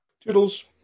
toodles